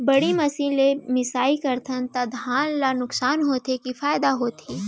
बड़ी मशीन ले मिसाई करथन त धान ल नुकसान होथे की फायदा होथे?